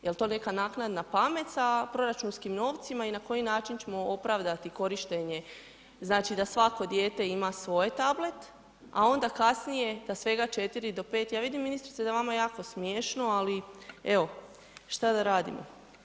Jel to neka naknadna pamet sa proračunskim novcima i na koji način ćemo opravdati korištenje znači da svako dijete ima svoj tablet, a onda kasnije da svega 4 do 5, ja vidim ministrice da je vama jako smiješno, ali evo šta da radimo.